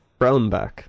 Brownback